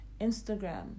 instagram